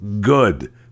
good